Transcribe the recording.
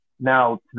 Now